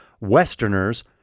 Westerners